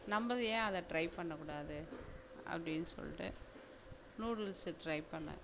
நம்மளும் ஏன் அதை டிரை பண்ணக்கூடாது அப்படின்னு சொல்லிட்டு நூடுல்ஸு டிரை பண்ணேன்